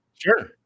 Sure